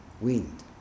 wind